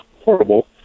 horrible